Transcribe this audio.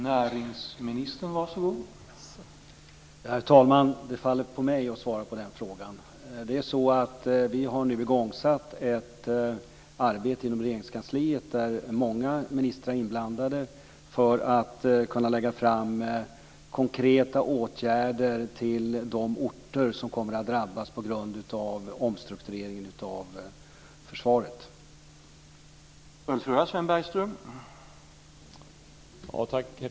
Herr talman! Det faller på mig att svara på den frågan. Vi har nu satt i gång ett arbete inom Regeringskansliet där många ministrar är inblandade för att kunna lägga fram konkreta åtgärder till de orter som kommer att drabbas på grund av omstruktureringen av försvaret.